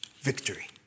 Victory